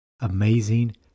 Amazing